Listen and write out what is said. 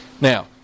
Now